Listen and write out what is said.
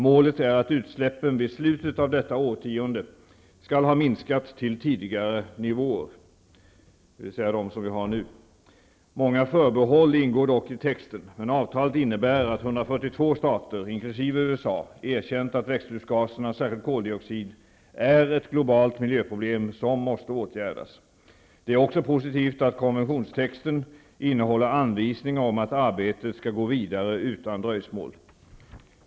Målet är att utsläppen vid slutet av detta årtionde skall ha minskat till tidigare nivåer, dvs. de som finns nu. Många förbehåll ingår dock i texten -- men avtalet innebär att 142 stater, inkl. USA, har erkänt att växthusgaserna, särskilt koldioxid, är ett globalt miljöproblem som måste åtgärdas. Det är också positivt att konventionstexten innehåller anvisningar om att arbetet skall gå vidare utan dröjsmål.